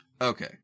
Okay